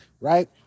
Right